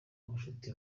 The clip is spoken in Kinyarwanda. ubucuti